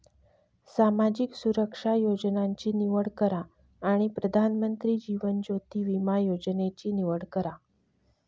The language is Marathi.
सामाजिक सुरक्षा योजनांची निवड करा आणि प्रधानमंत्री जीवन ज्योति विमा योजनेची निवड करा